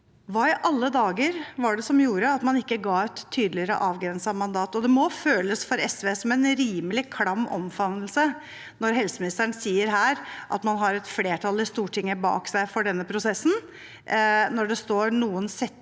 Hva i alle dager var det som gjorde at man ikke ga et tydeligere avgrenset mandat? Det må for SV føles som en rimelig klam omfavnelse når helseministeren sier her at man har et flertall i Stortinget bak seg for denne prosessen, når det står noen